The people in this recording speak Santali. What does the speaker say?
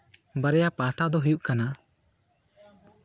ᱵᱟᱨᱭᱟ ᱯᱟᱦᱴᱟ ᱫᱚ ᱦᱩᱭᱩᱜ ᱠᱟᱱᱟ